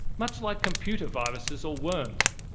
much like computer viruses or worms.